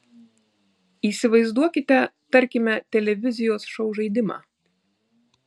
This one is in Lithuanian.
įsivaizduokite tarkime televizijos šou žaidimą